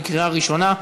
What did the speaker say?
בקריאה ראשונה.